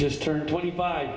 just turned twenty by